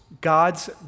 God's